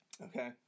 Okay